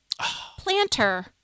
planter